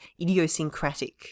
idiosyncratic